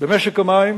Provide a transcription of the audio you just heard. במשק המים